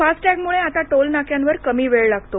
फास्टॅगमुळे आता टोलनाक्यांवर कमी वेळ लागतो